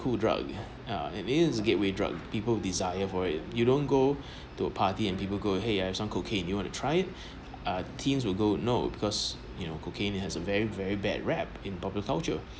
cool drug uh it is gateway drug people desire for it you don't go to a party and people go !hey! I have some cocaine you want to try it uh teens will go no because you know cocaine has a very very bad rap in popular culture